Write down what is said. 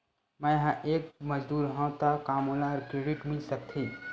मैं ह एक मजदूर हंव त का मोला क्रेडिट मिल सकथे?